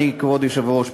כבוד היושב-ראש,